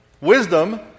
Wisdom